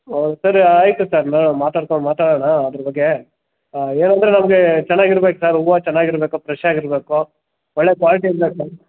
ಹಾಂ ಸರಿ ಆಯಿತು ಸರ್ ಮಾತಾಡ್ಕೊಂಡು ಮಾತಾಡೋಣ ಅದ್ರ ಬಗ್ಗೆ ಏನಂದರೆ ನಮಗೆ ಚನ್ನಾಗಿರ್ಬೇಕು ಸರ್ ಹೂವ ಚೆನ್ನಾಗಿ ಇರಬೇಕು ಪ್ರೆಶಾಗಿ ಇರಬೇಕು ಒಳ್ಳೆಯ ಕ್ವಾಲ್ಟಿದು ಬೇಕು